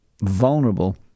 vulnerable